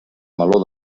meló